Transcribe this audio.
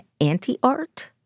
anti-art